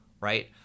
right